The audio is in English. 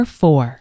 four